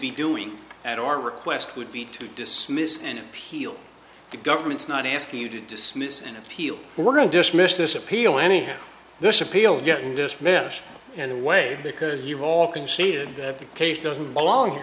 be doing at your request would be to dismiss an appeal the government's not asking you to dismiss an appeal we're going to dismiss this appeal any this appeal getting dismissed and way because you've all conceded the case doesn't belong